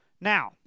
Now